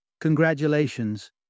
congratulations